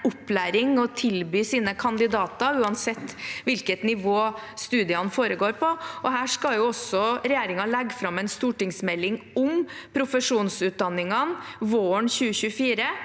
opplæring å tilby sine kandidater, uansett hvilket nivå studiene foregår på. Her skal også regjeringen legge fram en stortingsmelding om profesjonsutdanningene våren 2024,